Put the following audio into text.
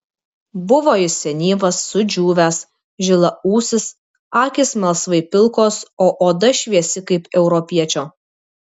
buvo jis senyvas sudžiūvęs žilaūsis akys melsvai pilkos o oda šviesi kaip europiečio